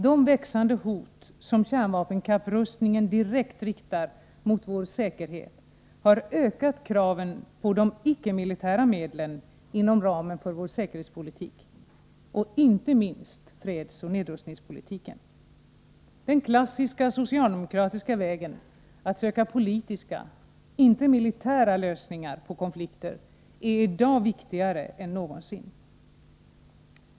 De växande hot som kärnvapenkapprustningen direkt riktar mot vår säkerhet har ökat kraven på de icke-militära medlen inom ramen för vår säkerhetspolitik — och inte minst fredsoch nedrustnings politiken. Den klassiska socialdemokratiska vägen att söka politiska — inte militära — lösningar på konflikter är i dag viktigare än någonsin.